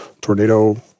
tornado